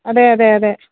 അതെയതെയതെ